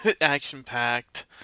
action-packed